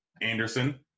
Anderson